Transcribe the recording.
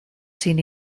sin